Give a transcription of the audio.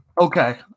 Okay